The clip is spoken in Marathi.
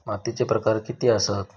मातीचे प्रकार किती आसत?